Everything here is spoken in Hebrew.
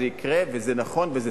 אבל זה יקרה וזה נכון וזה